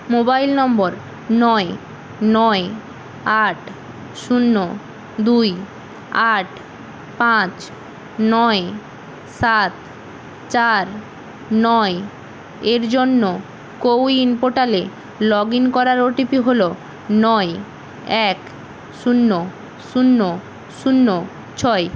mobile নম্বর নয় নয় আট শূন্য দুই আট পাঁচ নয় সাত চার নয় এর জন্য কোউইন পোর্টালে লগ ইন করার ও টি পি হল নয় এক শূন্য শূন্য শূন্য ছয়